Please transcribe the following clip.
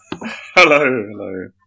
Hello